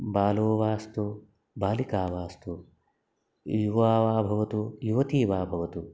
बालो वास्तु बालिका वास्तु युवा वा भवतु युवती वा भवतु